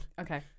okay